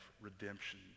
redemption